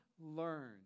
learn